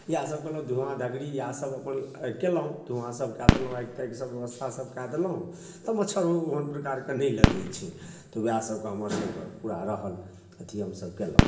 इएह सभ केलहुॅं धुआँ धकरी इएह सभ अपन आगि केलहुॅं धुआँ सभ कैऽ देलहुॅं आगि तागि सभ ब्यवस्था सभ कऽ देलहुॅं तऽ मच्छर ओ ओहन प्रकार के नहि लगै छै तऽ वएह सभके हमर सभके पूरा रहल अथी हमसभ केलहुॅं